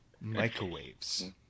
microwaves